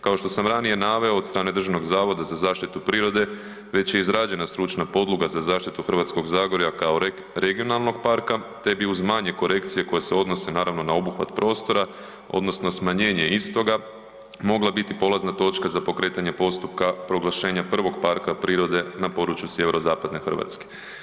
Kao što sam ranije naveo, od strane Državnog zavoda za zaštitu prirode, već je izrađena stručna podloga za zaštitu Hrvatskog zagorja kao regionalnog parka te bi uz manje korekcije, koje se odnose, naravno, da obuhvat prostora, odnosno smanjenje istoga, mogla biti polazna točka za pokretanje postupka proglašenja prvog parka prirode na području sjeverozapadne Hrvatske.